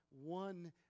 one